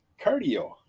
cardio